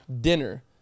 dinner